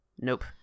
Nope